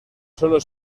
solo